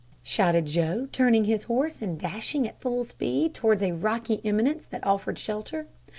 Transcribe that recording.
shouted joe, turning his horse and dashing at full speed towards a rocky eminence that offered shelter.